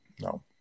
no